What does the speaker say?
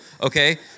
Okay